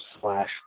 slash